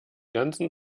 ganzen